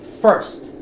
First